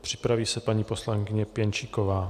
Připraví se paní poslankyně Pěnčíková.